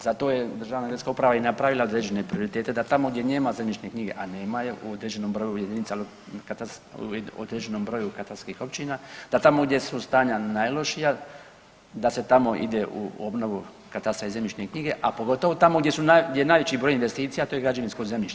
Zato je Državna geodetska uprava i napravila određene prioritete da tamo gdje nema zemljišne knjige, a nema je u određenom broju jedinica, određenom broju katastarskih općina, da tamo gdje su stanja najlošija da se tamo ide u obnovu katastra i zemljišne knjige, a pogotovo tamo gdje je najveći broj investicija, a to je građevinsko zemljište.